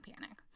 panic